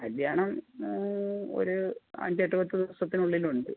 കല്ല്യാണം ഒര് അഞ്ച് എട്ട് പത്ത് ദിവസത്തിനുള്ളിൽ ഉണ്ട്